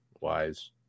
wise